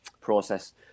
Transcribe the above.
process